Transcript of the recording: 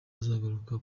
azagaruka